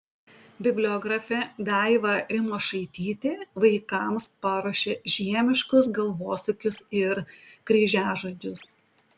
bibliografė daiva rimošaitytė vaikams paruošė žiemiškus galvosūkius ir kryžiažodžius